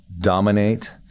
dominate